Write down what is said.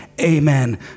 Amen